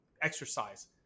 exercise